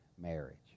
marriage